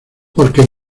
porque